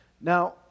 Now